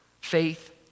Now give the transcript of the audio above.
faith